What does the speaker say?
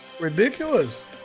ridiculous